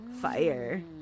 Fire